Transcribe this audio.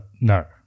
No